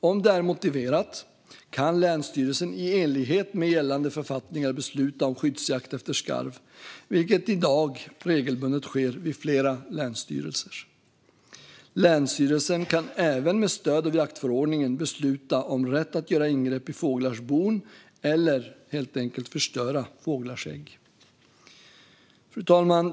Om det är motiverat kan länsstyrelsen i enlighet med gällande författningar besluta om skyddsjakt efter skarv, vilket i dag regelbundet sker vid flera länsstyrelser. Länsstyrelsen kan även med stöd av jaktförordningen besluta om rätt att göra ingrepp i fåglars bon eller helt enkelt förstöra fåglars ägg. Fru talman!